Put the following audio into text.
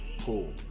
Cool